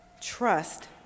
Trust